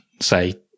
say